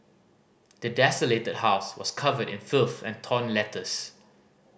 the desolated house was covered in filth and torn letters